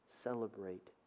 celebrate